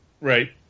Right